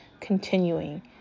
Continuing